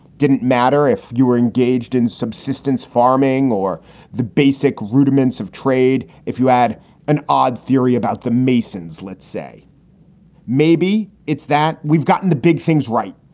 didn't matter if you were engaged in subsistence farming or the basic rudiments of trade. if you had an odd theory about the masons, let's say maybe it's that we've gotten the big things right.